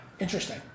Interesting